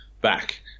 back